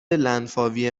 لنفاوی